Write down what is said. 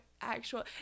actual